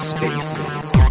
Spaces